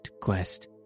quest